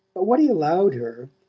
but what he allowed her,